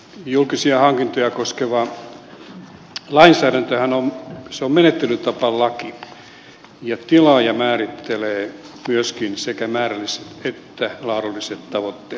julkisia hankintoja koskeva lainsäädäntöhän on menettelytapalaki ja tilaaja määrittelee myöskin sekä määrälliset että laadulliset tavoitteet